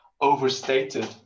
overstated